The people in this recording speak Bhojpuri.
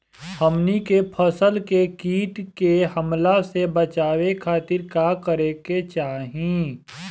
हमनी के फसल के कीट के हमला से बचावे खातिर का करे के चाहीं?